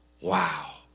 Wow